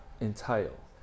entail